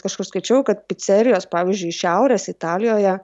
kažkur skaičiau kad picerijos pavyzdžiui šiaurės italijoje